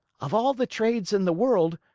of all the trades in the world,